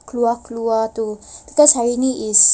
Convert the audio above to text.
keluar keluar to cause hari ni is